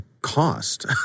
cost